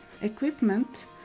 equipment